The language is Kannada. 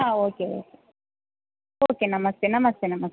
ಹಾಂ ಓಕೆ ಓಕೆ ನಮಸ್ತೆ ನಮಸ್ತೆ ನಮಸ್ತೆ